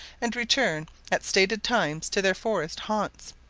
and return at stated times to their forest haunts.